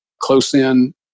close-in